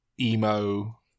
emo